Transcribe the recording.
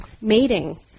mating